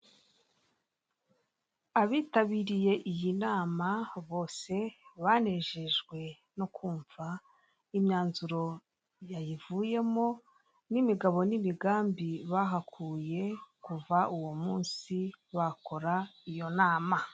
Abitabiriye iyi nama bose, banejejwe no kumva imyanzuro yayivuyemo n'imigabo n'imigambi bahakuye kuva uwo munsi bakora iyo nama.